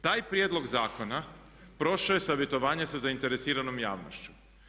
Taj prijedlog zakona prošao je savjetovanje sa zainteresiranom javnošću.